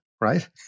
Right